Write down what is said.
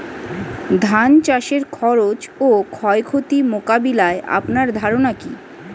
ধান চাষের খরচ ও ক্ষয়ক্ষতি মোকাবিলায় আপনার ধারণা কী?